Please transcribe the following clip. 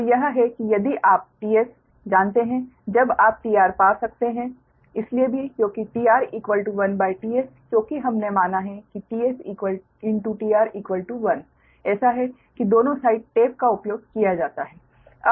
तो यह है कि यदि आप t s जानते हैं जब आप tRपा सकते हैं इसलिए भी क्योंकि tR1ts क्योंकि हमने माना है कि t stR1 ऐसा है कि दोनों साइड टैप का उपयोग किया जाता है